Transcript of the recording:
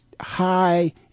high